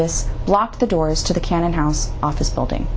ts blocked the doors to the cannon house office building